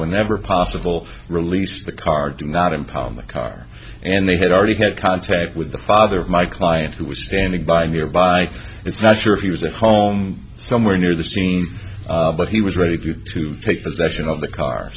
whenever possible release the car do not impound the car and they had already had contact with the father of my client who was standing by nearby it's not sure if he was at home somewhere near the scene but he was ready to take possession of the car